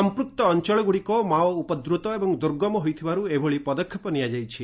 ସମ୍ମକ୍ତ ଅଞ୍ଞଳଗୁଡ଼ିକ ମାଓ ଉପଦ୍ରତ ଏବଂ ଦୁର୍ଗମ ହୋଇଥିବାରୁ ଏଭଳି ପଦକ୍ଷେପ ନିଆଯାଇଛି